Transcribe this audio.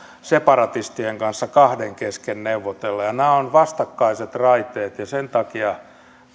separatistien kanssa kahden kesken neuvotella nämä ovat vastakkaiset raiteet ja sen takia